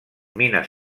mines